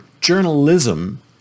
journalism